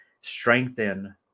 strengthen